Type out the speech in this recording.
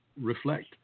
reflect